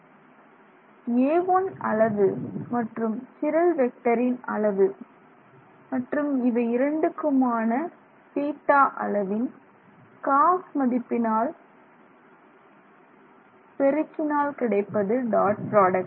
a1 அளவு மற்றும் சிரல் வெக்டரின் அளவு மற்றும் இவை இரண்டுக்குமான θ அளவின் cos மதிப்பினால் பெருக்கினால் கிடைப்பது டாட் ப்ராடக்ட்